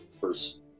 first